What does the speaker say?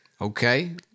Okay